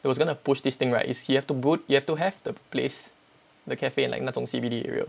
that was going to push this thing right is you have to brew you have to have the place the cafe like 那种 C_B_D area